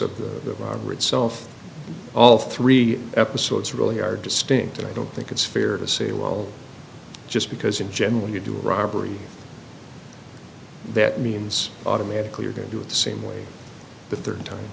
of the armor itself all three episodes really are distinct and i don't think it's fair to say well just because in general you do a robbery that means automatically are going to do the same way the third time